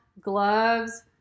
gloves